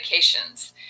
medications